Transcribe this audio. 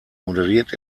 moderiert